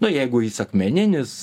na jeigu jis akmeninis